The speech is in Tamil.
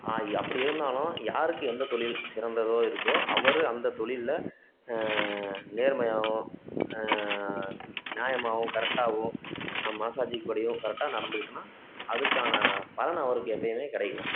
இ அப்படி இருந்தாலும் யாருக்கு எந்த தொழில் சிறந்ததோ இருக்கோ அவர் அந்த தொழிலில் நேர்மையாகவும் நியாயமாகவும் கரெக்டாகவும் நம் மனசாட்சிக்கு படியும் கரெக்டாக நடந்துக்கிட்டோன்னால் அதுக்கான பலன் அவருக்கு எப்பயுமே கிடைக்கும்